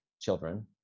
children